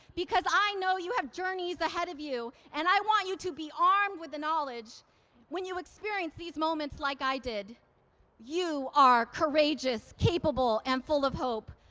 because i know you have journeys ahead of you and i want you to be armed with the knowledge when you experience these moments like i did you are courageous, capable, and full of hope.